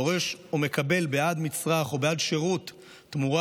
דורש או מקבל בעד מצרך או בעד שירות תמורה